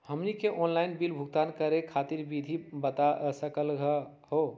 हमनी के online bill भुगतान करे खातीर विधि बता सकलघ हो?